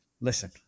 listen